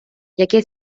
яке